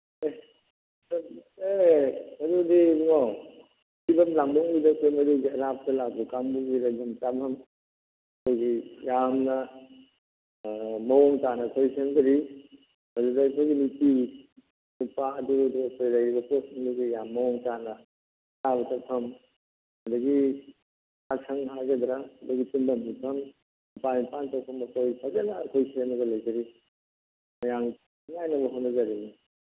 ꯑꯦ ꯑꯦ ꯑꯗꯨꯗꯤ ꯏꯕꯨꯉꯣ ꯂꯥꯡꯕꯝꯒꯤꯗ ꯂꯩꯐꯝ ꯆꯥꯐꯝ ꯑꯩꯈꯣꯏꯒꯤ ꯌꯥꯝꯅ ꯃꯑꯣꯡ ꯇꯥꯅ ꯑꯩꯈꯣꯏ ꯁꯦꯝꯖꯔꯤ ꯑꯗꯨꯗ ꯑꯩꯈꯣꯏꯒꯤ ꯅꯨꯄꯤ ꯅꯨꯄꯥ ꯑꯗꯨꯗꯨ ꯂꯩꯔꯤꯕꯁꯤꯡ ꯑꯩꯈꯣꯏꯅ ꯃꯑꯣꯡ ꯇꯥꯅ ꯆꯥꯕ ꯊꯛꯐꯝ ꯑꯗꯒꯤ ꯆꯥꯛꯁꯪ ꯍꯥꯏꯒꯗ꯭ꯔ ꯑꯗꯒꯤ ꯇꯨꯝꯐꯝ ꯍꯤꯞꯐꯝ ꯃꯄꯥꯟ ꯏꯄꯥꯟ ꯊꯣꯛꯐꯝ ꯑꯩꯈꯣꯏ ꯐꯖꯅ ꯑꯩꯈꯣꯏ ꯁꯦꯝꯃꯒ ꯂꯩꯖꯔꯤ ꯃꯌꯥꯝ ꯅꯨꯡꯉꯥꯏꯅꯕ ꯍꯣꯠꯅꯖꯔꯤꯅꯤ